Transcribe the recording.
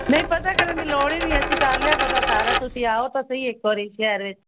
ਨਹੀਂ ਪਤਾ ਕਰਨ ਦੀ ਲੋੜ ਹੀ ਨਹੀਂ ਅਸੀਂ ਕਰ ਲਿਆ ਪਤਾ ਸਾਰਾ ਤੁਸੀਂ ਆਓ ਤਾਂ ਸਹੀ ਇੱਕ ਵਾਰੀ ਸ਼ਹਿਰ ਵਿੱਚ